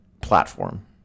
platform